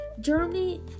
Germany